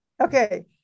Okay